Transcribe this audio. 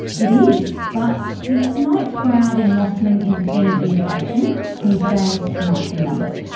it is. but if tonight's crowd in mosman is any indication, his days might be numbered.